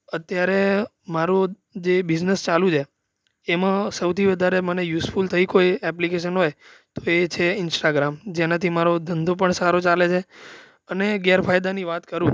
અત્યારે મારું જે બિઝનસ ચાલુ છે એમાં સૌથી વધારે મને યુઝફૂલ થઈ કોઈ એપ્લિકેશન હોય તો એ છે ઇન્સ્ટાગ્રામ જેનાથી મારો ધંધો પણ સારો ચાલે છે અને ગેરફાયદાની વાત કરું